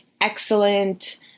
excellent